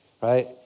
right